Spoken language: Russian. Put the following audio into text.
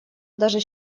даже